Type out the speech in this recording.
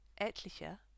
etliche